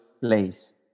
place